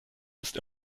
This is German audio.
ist